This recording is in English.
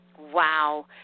Wow